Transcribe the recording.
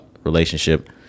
Relationship